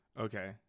okay